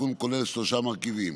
התיקון כולל שלושה מרכיבים: